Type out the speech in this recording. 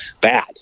bad